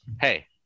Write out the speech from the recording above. Hey